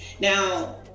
now